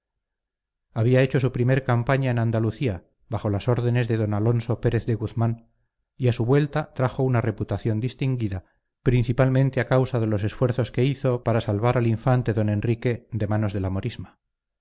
había hecho su primer campaña en andalucía bajo las órdenes de don alonso pérez de guzmán y a su vuelta trajo una reputación distinguida principalmente a causa de los esfuerzos que hizo para salvar al infante don enrique de manos de la